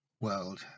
world